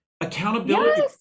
Accountability